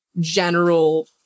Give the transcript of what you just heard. general